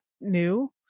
new